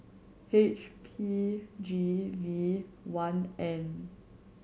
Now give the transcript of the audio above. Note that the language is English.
H P G V one N